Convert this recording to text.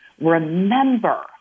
remember